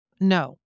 No